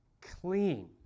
clean